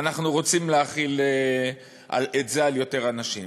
אנחנו רוצים להחיל את זה על יותר אנשים.